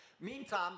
Meantime